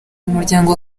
umuryango